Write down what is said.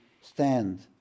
stand